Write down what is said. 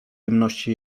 jemności